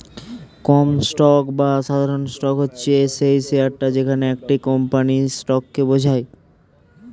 common stock বা সাধারণ stock হচ্ছে সেই শেয়ারটা যেটা একটা কোম্পানির স্টককে বোঝায়